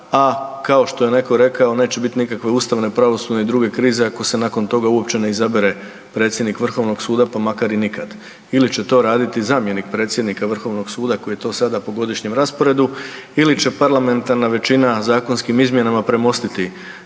a kao što je netko rekao neće biti nikakve ustavne, pravosudne i druge krize ako se nakon toga uopće ne izabere predsjednik Vrhovnog suda pa makar i nikad. Ili će to raditi zamjenik predsjednika Vrhovnog suda koji je to sada po godišnjem rasporedu ili će parlamentarna većina zakonskim izmjenama premostiti